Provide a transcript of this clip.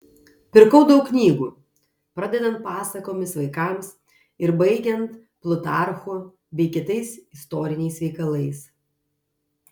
pirkau daug knygų pradedant pasakomis vaikams ir baigiant plutarchu bei kitais istoriniais veikalais